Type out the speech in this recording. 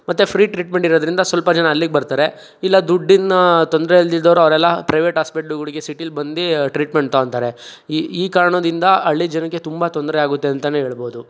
ಮತ್ತು ಫ್ರೀ ಟ್ರೀಟ್ಮೆಂಟಿರೋದ್ರಿಂದ ಸ್ವಲ್ಪ ಜನ ಅಲ್ಲಿಗೆ ಬರ್ತಾರೆ ಇಲ್ಲ ದುಡ್ಡಿನ ತೊಂದರೆ ಇಲ್ದಿದ್ದವ್ರು ಅವರೆಲ್ಲ ಪ್ರೈವೇಟ್ ಆಸ್ಪೆಟ್ಲ್ಗಳಿಗೆ ಸಿಟಿಲಿ ಬಂದು ಟ್ರೀಟ್ಮೆಂಟ್ ತೊಗೊಂತಾರೆ ಈ ಈ ಕಾರಣದಿಂದ ಹಳ್ಳಿ ಜನಕ್ಕೆ ತುಂಬ ತೊಂದರೆಯಾಗುತ್ತೆ ಅಂತ ಹೇಳ್ಬೌದು